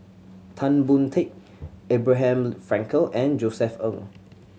Tan Boon Teik Abraham Frankel and Josef Ng